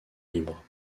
libre